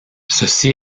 ceci